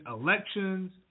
elections